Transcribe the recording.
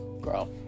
girl